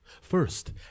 first